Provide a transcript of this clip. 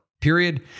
period